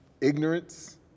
ignorance